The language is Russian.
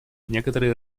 некоторые